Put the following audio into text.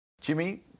Jimmy